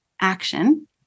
action